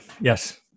Yes